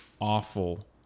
awful